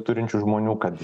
turinčių žmonių kad